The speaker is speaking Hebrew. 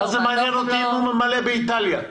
מה זה מעניין אותי אם הוא ממלא באיטליה,